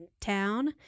town